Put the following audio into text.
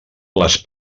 les